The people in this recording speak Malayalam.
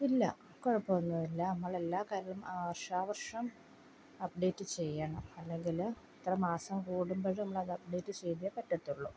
ഇല്ല കുഴപ്പമൊന്നും ഇല്ല നമ്മളെല്ലാ കാര്യവും വർഷാവർഷം അപ്ഡേറ്റ് ചെയ്യണം അല്ലെങ്കിൽ ഇത്ര മാസം കൂടുമ്പോൾ നമ്മളത് അപ്ഡേറ്റ് ചെയ്തേ പറ്റത്തുള്ളു